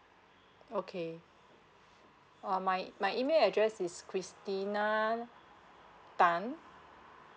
okay uh my my email address is christina tan